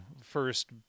first